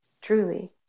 truly